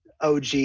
OG